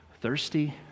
thirsty